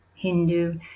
Hindu